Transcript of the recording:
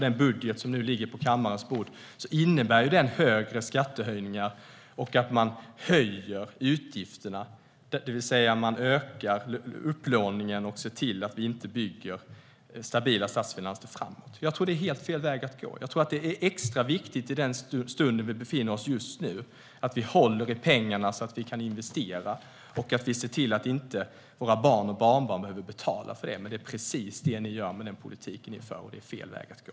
Den budget som ligger på kammarens bord innebär stora skattehöjningar och att man höjer utgifterna, det vill säga man ökar upplåningen och bygger inte stabila statsfinanser framåt. Det är helt fel väg att gå. Jag tror att det är extra viktigt i den situation vi befinner oss att vi håller i pengarna så att vi kan investera och se till att våra barn och barnbarn inte behöver betala senare. Men det är precis så det blir med den politik ni för, och det är som sagt fel väg att gå.